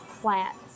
plants